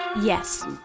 Yes